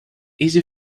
easy